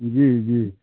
जी जी